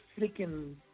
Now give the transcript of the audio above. freaking